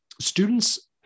students